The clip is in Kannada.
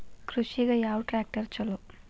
ಕೃಷಿಗ ಯಾವ ಟ್ರ್ಯಾಕ್ಟರ್ ಛಲೋ?